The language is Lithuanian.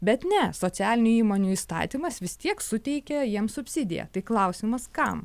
bet ne socialinių įmonių įstatymas vis tiek suteikia jiems subsidiją tai klausimas kam